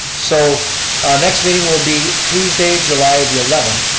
so next meeting will be tuesday, july the eleventh.